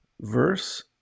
verse